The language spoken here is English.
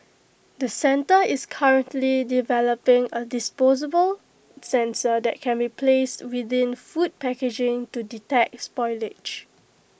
the centre is currently developing A disposable sensor that can be placed within food packaging to detect spoilage